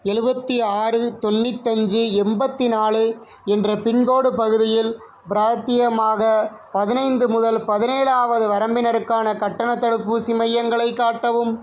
எழுபத்தி ஆறு தொண்ணுத்தஞ்சு எண்பத்தி நாலு என்ற பின்கோடு பகுதியில் பிராத்தியமாக பதினைந்து முதல் பதினேழாவது வரம்பினருக்கான கட்டண தடுப்பூசி மையங்களை காட்டவும்